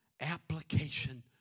application